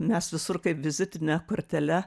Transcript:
mes visur kaip vizitine kortele